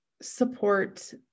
support